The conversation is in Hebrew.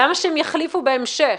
למה שהם יחליפו בהמשך?